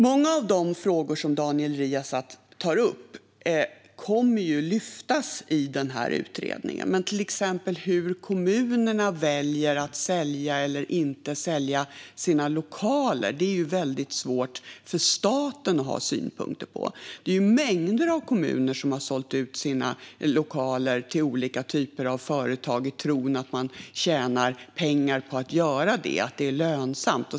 Många av de frågor som Daniel Riazat tar upp kommer att lyftas i den här utredningen. Men om kommunerna väljer att sälja eller inte sälja sina lokaler, till exempel, är väldigt svårt för staten att ha synpunkter på. Mängder av kommuner har sålt ut sina lokaler till olika typer av företag i tron att man tjänar pengar på att göra detta, att det är lönsamt.